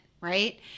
right